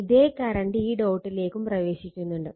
ഇതേ കറണ്ട് ഈ ഡോട്ടിലേക്കും പ്രവേശിക്കുന്നുണ്ട്